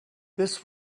this